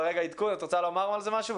את רוצה לומר על זה משהו?